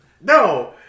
No